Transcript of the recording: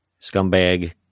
scumbag